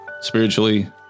spiritually